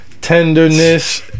tenderness